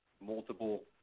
multiple